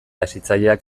hezitzaileak